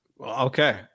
Okay